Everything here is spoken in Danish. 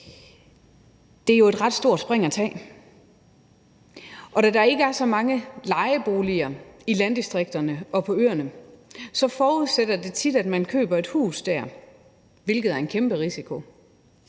Det er jo et ret stort spring at tage, og da der ikke er så mange lejeboliger i landdistrikterne og på øerne, så forudsætter det tit, at man køber et hus der, hvilket er en kæmpe risiko.